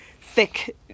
thick